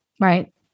right